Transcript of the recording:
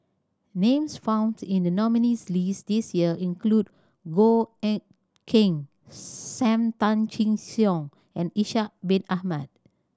names found in the nominees' list this year include Goh Eck Kheng Sam Tan Chin Siong and Ishak Bin Ahmad